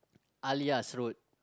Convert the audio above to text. Alias Road